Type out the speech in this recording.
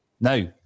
Now